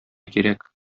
кирәк